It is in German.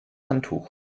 handtuch